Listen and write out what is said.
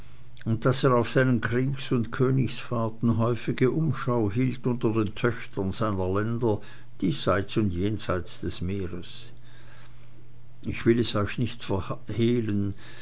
und daß er auf seinen kriegs und königsfahrten häufige umschau hielt unter den töchtern seiner länder diesseits und jenseits des meeres ich will es euch nicht verhalten